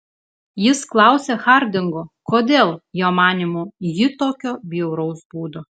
jis klausia hardingo kodėl jo manymu ji tokio bjauraus būdo